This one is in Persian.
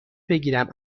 بگیرم